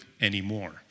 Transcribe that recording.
anymore